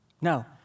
No